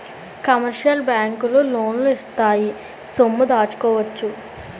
commercial బ్యాంకులు లోన్లు ఇత్తాయి సొమ్ము దాచుకోవచ్చు